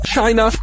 China